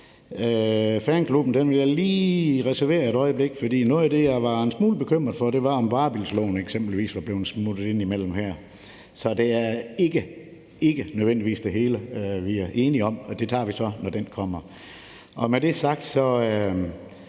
fanklubben vil jeg lige reservere et øjeblik. For noget af det, jeg var en smule bekymret for, var, om varebilsloven eksempelvis var blevet smuttet med ind imellem det her. Så det er ikke nødvendigvis det hele, vi er enige om, og det tager vi så, når vi kommer dertil. Med det sagt er